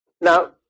Now